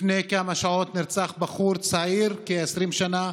לפני כמה שעות, נרצח בחור צעיר, כבן 20 שנה,